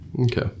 Okay